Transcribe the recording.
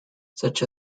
such